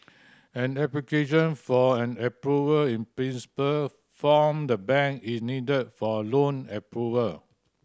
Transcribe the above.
an application for an Approval in Principle from the bank is needed for loan approval